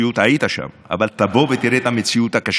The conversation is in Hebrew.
שהרשויות הציבוריות מנצלות את כוחן